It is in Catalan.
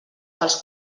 dels